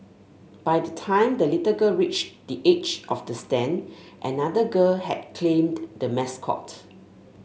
by the time the little girl reached the edge of the stand another girl had claimed the mascot